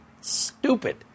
stupid